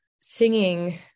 singing